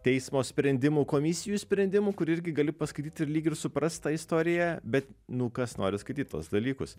teismo sprendimų komisijų sprendimų kur irgi gali paskaityt ir lyg ir suprast tą istoriją bet nu kas nori skaityt tuos dalykus